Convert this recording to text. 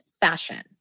fashion